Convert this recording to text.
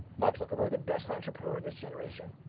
mark zuckerberg? the best entrepreneur of this generation.